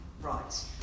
right